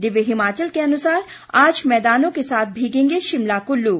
दिव्य हिमाचल के अनुसार आज मैदानों के साथ भीगेंगे शिमला कुल्लू